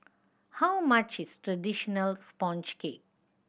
how much is traditional sponge cake